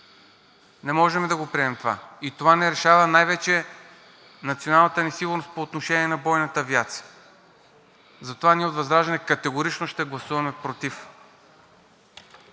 Не можем да приемем това. Това не решава най-вече националната ни сигурност по отношение на бойната ни авиация. Затова ние от ВЪЗРАЖДАНЕ категорично ще гласуваме против.